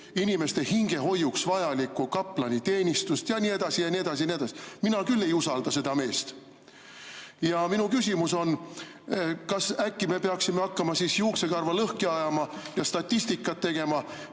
inimeste hingehoiuks vajaliku kaplaniteenistuse ja nii edasi ja nii edasi ja nii edasi. Mina küll ei usalda seda meest. Ja minu küsimus on: kas äkki me peaksime hakkama siis juuksekarva lõhki ajama ja statistikat tegema,